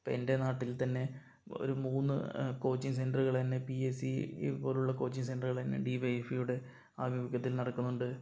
ഇപ്പോ എൻ്റെ നാട്ടിൽ തന്നെ ഒരു മൂന്ന് കോച്ചിങ്ങ് സെൻറ്ററുകൾ തന്നെ പി എസ് സി പോലുള്ള കോച്ചിങ്ങ് സെൻറ്ററുകൾ തന്നെ ഡിവൈഎഫ്ഐയുടെ അഭിമുഖ്യത്തിൽ നടക്കുന്നുണ്ട്